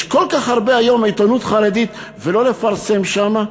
יש כל כך הרבה עיתונים חרדיים היום, ולא לפרסם שם?